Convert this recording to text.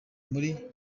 muri